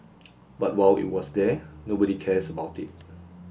but while it was there nobody cares about it